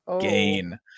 gain